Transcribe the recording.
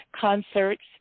concerts